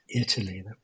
Italy